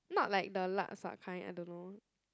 not like the lup sup kind I don't know